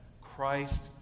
Christ